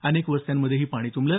अनेक वस्त्यांमध्येही पाणी तुंबलं